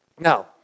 Now